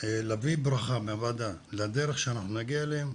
להביא ברכה מהוועדה לדרך שאנחנו נגיע אליהם,